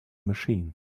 machine